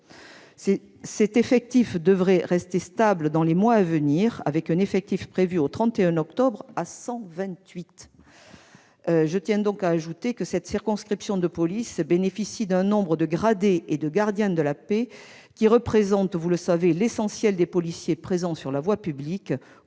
Cet effectif devrait rester stable dans les mois à venir. L'effectif prévu au 31 octobre 2018 s'établit en effet à 128. Je tiens à ajouter que cette circonscription de police bénéficie d'un nombre de gradés et de gardiens de la paix, qui représente, vous le savez, l'essentiel des policiers présents sur la voie publique,